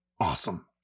awesome